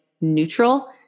neutral